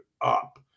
up